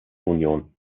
union